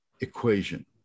equation